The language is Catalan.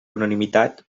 unanimitat